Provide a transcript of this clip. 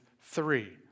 three